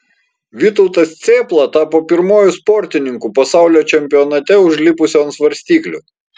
vytautas cėpla tapo pirmuoju sportininku pasaulio čempionate užlipusiu ant svarstyklių